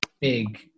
big